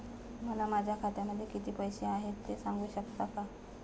मला माझ्या खात्यामध्ये किती पैसे आहेत ते सांगू शकता का?